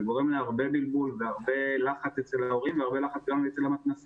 גורם להמון בלבול ולחץ להורים וגם למתנ"סים.